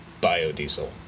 biodiesel